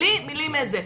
בלי מילים, זה.